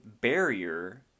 barrier